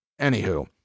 anywho